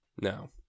No